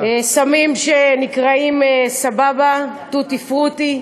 סמים שנקראים "סבבה", "תותי פרוטי",